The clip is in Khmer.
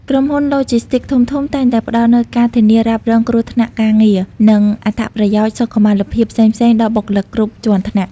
ក្រុមហ៊ុនឡូជីស្ទីកធំៗតែងតែផ្តល់នូវការធានារ៉ាប់រងគ្រោះថ្នាក់ការងារ និងអត្ថប្រយោជន៍សុខុមាលភាពផ្សេងៗដល់បុគ្គលិកគ្រប់ជាន់ថ្នាក់។